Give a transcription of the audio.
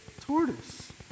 Tortoise